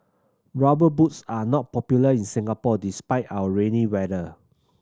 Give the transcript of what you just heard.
Rubber Boots are not popular in Singapore despite our rainy weather